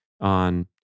on